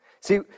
See